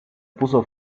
puso